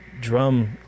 drum